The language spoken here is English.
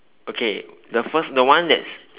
okay the first the one that's